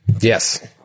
Yes